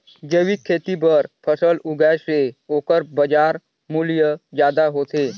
जैविक खेती बर फसल उगाए से ओकर बाजार मूल्य ज्यादा होथे